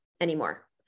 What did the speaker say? anymore